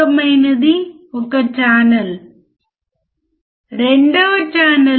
ఇప్పుడు 1 వోల్ట్లకు పెంచుదాం